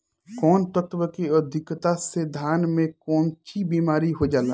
कौन तत्व के अधिकता से धान में कोनची बीमारी हो जाला?